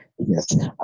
Yes